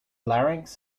larynx